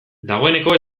dagoeneko